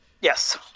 Yes